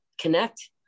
Connect